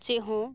ᱪᱮᱫ ᱦᱚᱸ